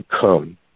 come